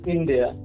India